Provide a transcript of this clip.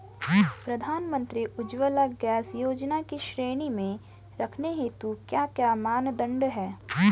प्रधानमंत्री उज्जवला गैस योजना की श्रेणी में रखने हेतु क्या क्या मानदंड है?